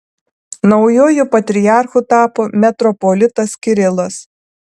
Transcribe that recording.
naujuoju patriarchu tapo metropolitas kirilas